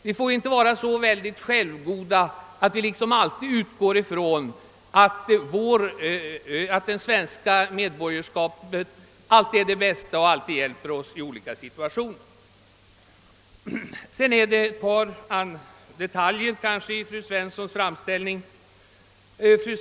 Vi får inte vara så självgoda att vi utgår ifrån att det svenska medborgarskapet alltid är det bästa och hjälper oss i alla situationer. Sedan vill jag också beröra en detalj i fru Svenssons framställning.